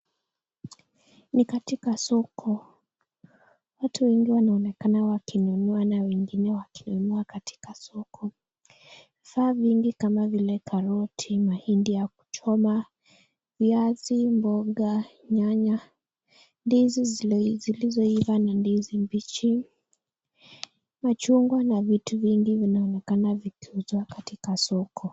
Ni katika soko. Watu wengi wanaonekana wakinunua na wengine wakinunua katika soko. Vifaa vingi kama vile karoti, mahindi ya kuchoma, viazi, mboga, nyanya, ndizi zilizoiva na ndizi mbichi, machungwa na vitu vingi vinaonekana vikiuzwa katika soko.